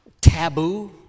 taboo